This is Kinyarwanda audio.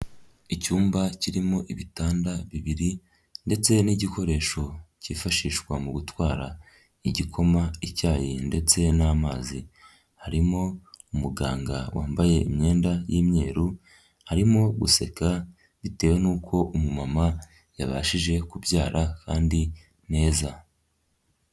Icyumba kirimo ibitanda bibiri ndetse n'igikoresho cyifashishwa mu gutwara igikoma, icyayi, ndetse n'amazi, harimo umuganga wambaye imyenda y'imyeru, arimo guseka bitewe n'uko umu mama yabashije kubyara kandi neza.